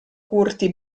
curti